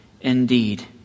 indeed